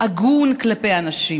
הגון כלפי האנשים.